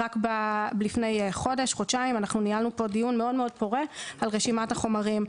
רק לפני כחודשיים ניהלנו פה דיון מאוד פורה על רשימת החומרים.